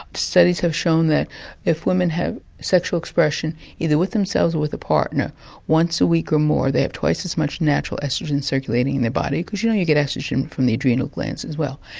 studies have shown that if women have sexual expression either with themselves or with a partner once a week or more, they have twice as much natural oestrogen circulating in their body, because you know, you get oestrogen from the adrenal glands as well.